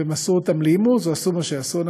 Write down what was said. והם מסרו אותם לאימוץ ועשו מה שעשו.